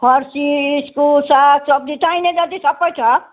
फर्सी इस्कुस साग सब्जी चाहिने जति सब छ